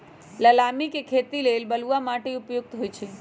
लालमि के खेती लेल बलुआ माटि उपयुक्त होइ छइ